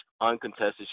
uncontested